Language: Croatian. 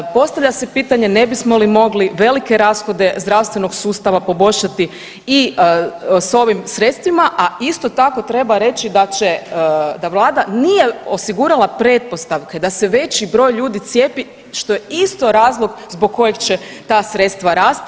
Postavlja se pitanje ne bismo li mogli velike rashode zdravstvenog sustava poboljšati i s ovim sredstvima, a isto tako treba reći da će, da vlada nije osigurala pretpostavke da se veći broj ljudi cijepi što je isto razlog zbog kojeg će ta sredstva rasti.